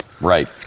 Right